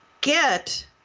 get